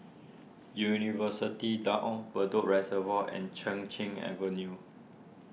University Town on Bedok Reservoir and Chin Cheng Avenue